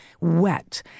wet